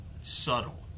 subtle